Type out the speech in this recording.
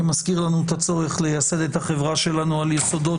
שמזכיר לנו את הצורך לייסד את החברה שלנו על יסודות